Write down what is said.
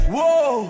Whoa